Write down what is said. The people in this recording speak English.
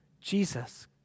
Jesus